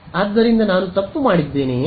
ಆದ್ದರಿಂದ ನಾನು ತಪ್ಪು ಮಾಡಿದ್ದೇನಯೇ